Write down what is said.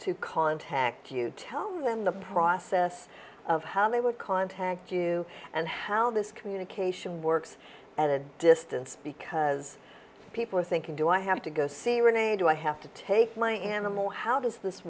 to contact you tell them the process of how they would contact you and how this communication works at a distance because people are thinking do i have to go see renee do i have to take my animal how does this